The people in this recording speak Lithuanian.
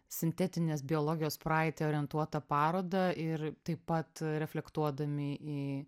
sintetinės biologijos praeitį orientuotą parodą ir taip pat reflektuodami į